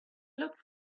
looked